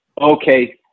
Okay